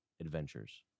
adventures